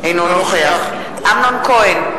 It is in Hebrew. אינו נוכח אמנון כהן,